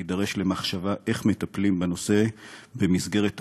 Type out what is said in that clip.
נידרש למחשבה איך מטפלים בנושא במסגרת החוק,